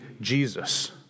Jesus